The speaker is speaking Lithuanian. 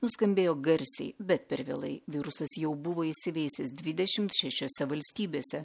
nuskambėjo garsiai bet per vėlai virusas jau buvo įsiveisęs dvidešimt šešiose valstybėse